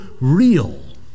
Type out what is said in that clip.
real